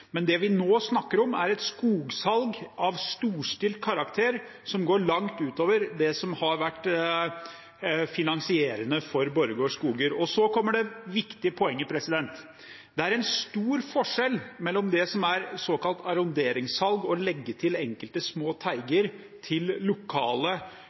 men det vi nå snakker om, er et skogsalg av storstilt karakter som går langt utover det som har vært finansierende for Borregaard Skoger. Og så kommer det viktige poenget: Det er en stor forskjell mellom det som er såkalt arronderingssalg, å legge til enkelte små